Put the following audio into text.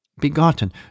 Begotten